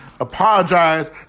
Apologize